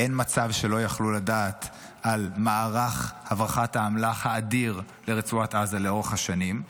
לא יכלו לדעת על מערך הברחת האמל"ח האדיר לרצועת עזה לאורך השנים,